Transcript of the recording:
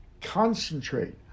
concentrate